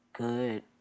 good